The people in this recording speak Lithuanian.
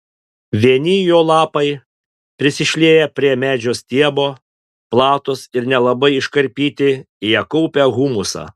vieni jo lapai prisišlieję prie medžio stiebo platūs ir nelabai iškarpyti jie kaupia humusą